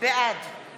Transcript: בעד